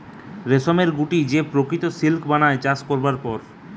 রেশমের গুটি যে প্রকৃত সিল্ক বানায় চাষ করবার পর